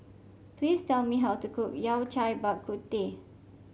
please tell me how to cook Yao Cai Bak Kut Teh